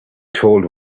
told